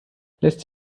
lässt